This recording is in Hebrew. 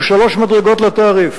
יהיו שלוש מדרגות לתעריף.